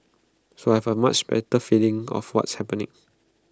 so I have A much better feeling of what's happening